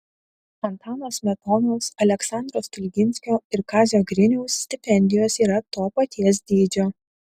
antano smetonos aleksandro stulginskio ir kazio griniaus stipendijos yra to paties dydžio